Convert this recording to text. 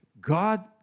God